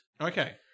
Okay